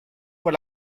por